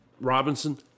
Robinson